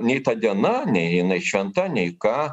nei ta diena nei jinai šventa nei ką